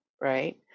right